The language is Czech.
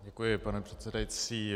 Děkuji, pane předsedající.